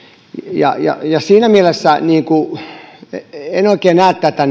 siinä mielessä en oikein näe tätä